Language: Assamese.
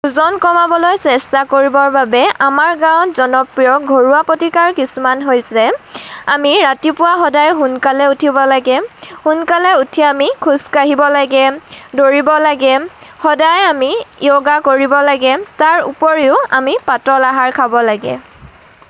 ওজন কমাবলৈ চেষ্টা কৰিবৰ বাবে আমাৰ গাঁৱত জনপ্ৰিয় ঘৰুৱা প্ৰতিকাৰ কিছুমান হৈছে আমি ৰাতিপুৱা সদায় সোনকালে উঠিব লাগে সোনকালে উঠি আমি খোজকাঢ়িব লাগে দৌৰিব লাগে সদায় আমি যোগা কৰিব লাগে তাৰ উপৰিও আমি পাতল আহাৰ খাব লাগে